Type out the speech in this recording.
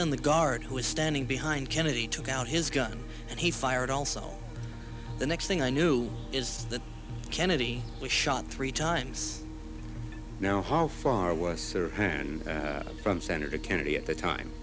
on the guard who was standing behind kennedy took out his gun and he fired also the next thing i knew is that kennedy was shot three times now how far was hand from senator kennedy at the time